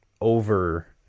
over